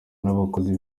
n’abakozi